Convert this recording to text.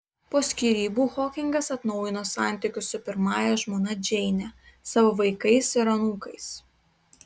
po skyrybų hokingas atnaujino santykius su pirmąja žmona džeine savo vaikais ir anūkais